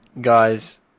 guys